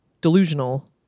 delusional